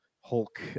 Hulk